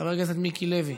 חבר הכנסת מיקי לוי,